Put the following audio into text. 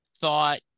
thought